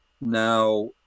Now